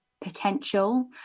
potential